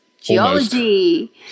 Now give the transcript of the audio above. geology